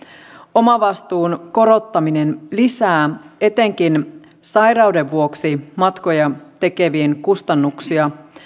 omavastuun korottaminen lisää etenkin sairauden vuoksi matkoja tekevien kustannuksia